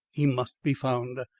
he must be found!